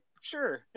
sure